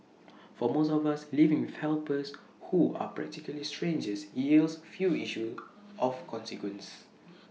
for most of us living with helpers who are practically strangers yields few issues of consequence